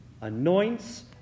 anoints